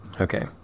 Okay